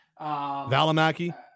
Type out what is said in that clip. Valimaki